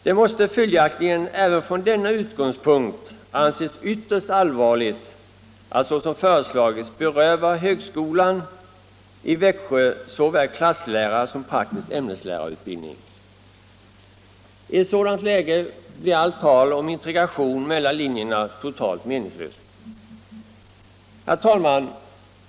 Det måste följaktligen även från denna utgångspunkt anses ytterst all varligt att, såsom föreslagits, beröva högskolan i Växjö såväl klasslärar utbildning som praktisk ämneslärarutbildning. I ett sådant läge blir allt tal om integration mellan linjerna totalt meningslöst. Herr talman!